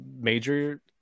major